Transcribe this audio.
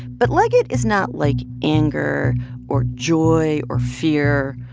but liget is not like anger or joy or fear,